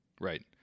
Right